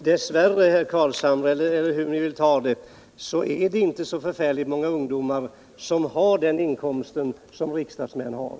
Herr talman! Dess värre — eller hur herr Carlshamre vill ta det — är det inte så förfärligt många ungdomar som har den inkomst som riksdagsmän har.